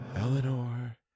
Eleanor